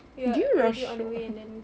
you are already on the way and then